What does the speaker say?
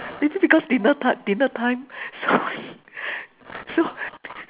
later the girls dinner time dinner time so she so